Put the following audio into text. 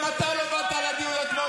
גם אתה לא באת לדיון אתמול.